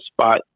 spot